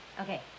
Okay